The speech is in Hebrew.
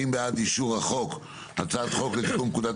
מי בעד אישור הצעת חוק לתיקון פקודת